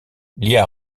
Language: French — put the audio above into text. lia